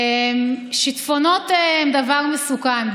שיטפונות הם דבר מסוכן.